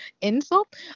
insult